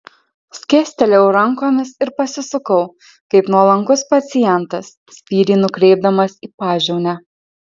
skėstelėjau rankomis ir pasisukau kaip nuolankus pacientas spyrį nukreipdamas į pažiaunę